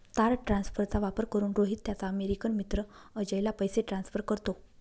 तार ट्रान्सफरचा वापर करून, रोहित त्याचा अमेरिकन मित्र अजयला पैसे ट्रान्सफर करतो